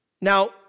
Now